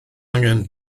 angen